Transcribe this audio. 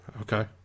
Okay